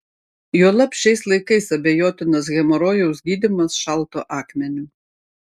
juolab šiais laikais abejotinas hemorojaus gydymas šaltu akmeniu